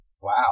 Wow